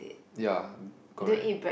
ya correct